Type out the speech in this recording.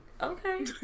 okay